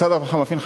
משרד הרווחה מפעיל,